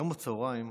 היום בצוהריים,